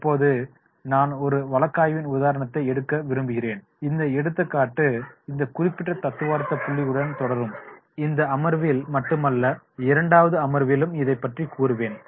இப்போது நான் ஒரு வழக்காய்வின் உதாரணத்தை எடுக்க விரும்புகிறேன் இந்த எடுத்துக்காட்டு இந்த குறிப்பிட்ட தத்துவார்த்த புள்ளிகளுடன் தொடரும் இந்த அமர்வில் மட்டுமல்ல இரண்டாவது அமர்விலும் இதை பற்றி கூறுவேன்